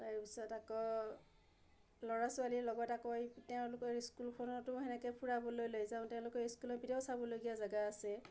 তাৰ পিছত আকৌ ল'ৰা ছোৱালীৰ লগত আকৌ এই তেওঁলোকৰ স্কুলখনতো সেনেকৈ ফুৰাবলৈ লৈ যাওঁ তেওঁলোকৰ স্কুলৰ পিনেও চাবলগীয়া জেগা আছে